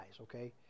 okay